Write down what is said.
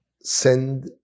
send